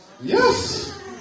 Yes